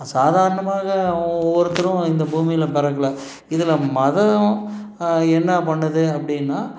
சாதாரணமாக ஒவ்வொருத்தரும் இந்த பூமியில் பிறக்கல இதில் மதம் என்ன பண்ணுது அப்படின்னா